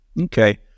Okay